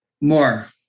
More